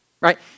right